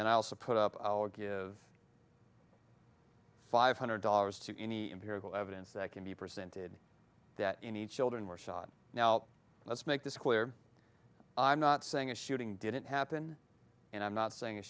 i also put up our give five hundred dollars to any empirical evidence that can be presented that any children were shot now let's make this clear i'm not saying a shooting didn't happen and i'm not saying